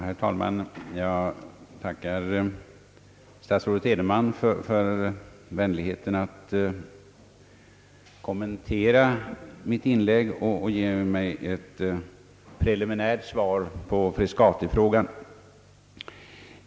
Herr talman! Jag tackar statsrådet Edenman för vänligheten att kommentera mitt inlägg och ge ett preliminärt svar beträffande Frescati.